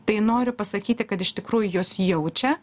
tai noriu pasakyti kad iš tikrųjų jos jaučia